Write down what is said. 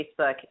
Facebook